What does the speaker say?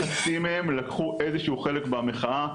חצי מהם לקחו איזה שהוא חלק במחאה,